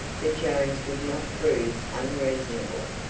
that jones would not prove unreasonable.